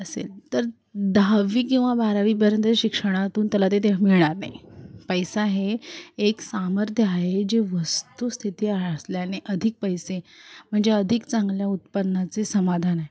असेल तर दहावी किंवा बारावीपर्यंत शिक्षणातून त्याला ते ते मिळणार नाही पैसा हे एक सामर्थ्य आहे जे वस्तूस्थिती असल्याने अधिक पैसे म्हणजे अधिक चांगल्या उत्पन्नाचे समाधान आहे